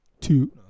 Two